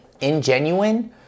ingenuine